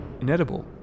Inedible